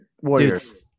Warriors